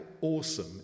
awesome